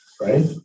right